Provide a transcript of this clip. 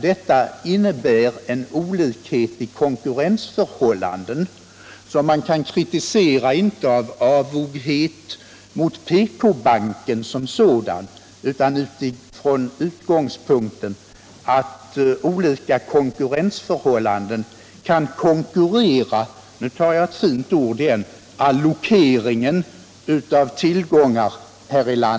Detta innebär en olikhet i konkurrensförhållandena som man kan kritisera, inte av missunnsamhet mot PK-banken utan från den utgångspunkten att olika konkurrensförhållanden kan påverka — nu tar jag till ett modeord igen — allokeringen av tillgångar här i landet.